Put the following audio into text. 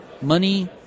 Money